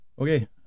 Okay